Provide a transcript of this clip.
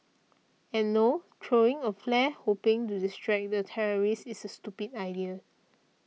and no throwing a flare hoping to distract the terrorist is a stupid idea